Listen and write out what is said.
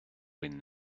win